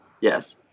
yes